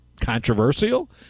controversial